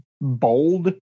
bold